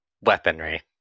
Weaponry